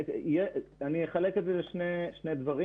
אני אחלק את זה לשני חלקים.